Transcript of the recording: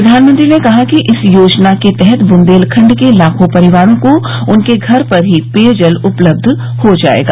प्रधानमंत्री ने कहा कि इस योजना के तहत बुंदेलखंड के लाखों परिवारों को उनके घर पर ही पेयजल उपलब्ध हो जाएगा